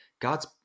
God's